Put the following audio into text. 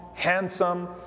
handsome